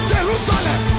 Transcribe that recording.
Jerusalem